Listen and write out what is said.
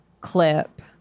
clip